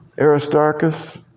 Aristarchus